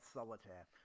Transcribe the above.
Solitaire